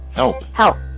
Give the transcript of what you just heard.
help! help!